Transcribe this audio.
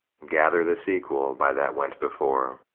gather the sequel by that went before.